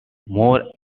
more